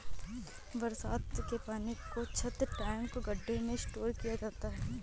बरसात के पानी को छत, टैंक, गढ्ढे में स्टोर किया जा सकता है